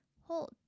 Hold